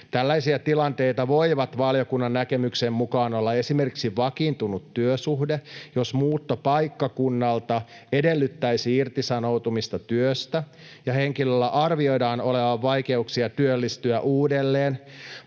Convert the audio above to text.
Tällaisia tilanteita voivat” — valiokunnan näkemyksen mukaan — ”olla esimerkiksi vakiintunut työsuhde, jos muutto paikkakunnalta edellyttäisi irtisanoutumista työstä ja henkilöllä arvioidaan olevan vaikeuksia työllistyä uudelleen,